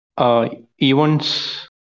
events